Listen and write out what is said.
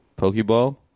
Pokeball